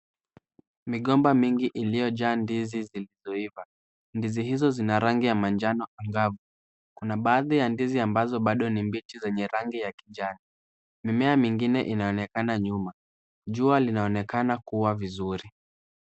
Migomba mingi iliyojaa ndizi zilizo iva. Ndizi hizo zina rangi ya manjano angavu. Baadhi ya ndizi ambazo hazijaiva za rangi ya kijani. Mimea mingine inaonekana nyuma, jua linaonekana kuwa vizuri.